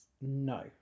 No